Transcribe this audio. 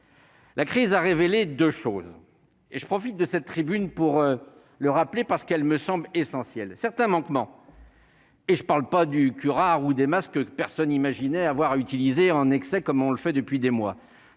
la crise a révélé 2 choses et je profite de cette tribune pour le rappeler parce qu'elle me semble essentielle certains manquements et je ne parle pas du curare ou des masques de personnes imaginait avoir à utilisé en excès, comme on le fait depuis des mois,